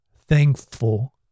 thankful